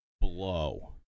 blow